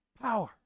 Power